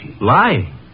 Lying